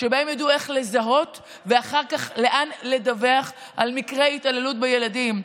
כדי שידעו איך לזהות ואחר כך לאן לדווח על מקרי התעללות בילדים.